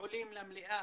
עולים למליאה.